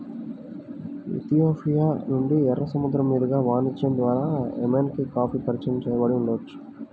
Ethiopia నుండి, ఎర్ర సముద్రం మీదుగా వాణిజ్యం ద్వారా ఎమెన్కి కాఫీ పరిచయం చేయబడి ఉండవచ్చు